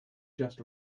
just